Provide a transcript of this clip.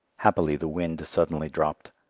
happily the wind suddenly dropped,